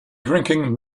drinking